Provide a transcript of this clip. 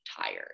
tired